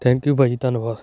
thank you ਭਾਅ ਜੀ ਧੰਨਵਾਦ